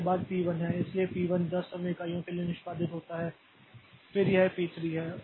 इसके बाद पी 1 है इसलिए पी 1 10 समय इकाइयों के लिए निष्पादित होता है फिर यह पी 3 है